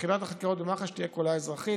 יחידת החקירות במח"ש תהיה כולה אזרחית.